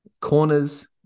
Corners